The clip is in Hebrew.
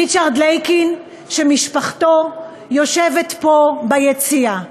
ריצ'רד לייקין, משפחתו יושבת פה ביציע,